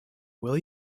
will